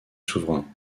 souverain